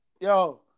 Yo